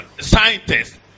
scientists